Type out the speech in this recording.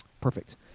Perfect